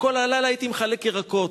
וכל הלילה הייתי מחלק ירקות.